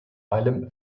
allem